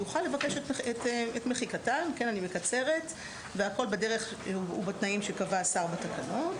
יוכל לבקש את מחיקתן --- והכול בדרך ובתנאים שקבע השר בתקנות